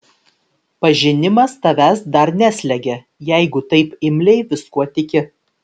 pažinimas tavęs dar neslegia jeigu taip imliai viskuo tiki